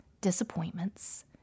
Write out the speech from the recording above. disappointments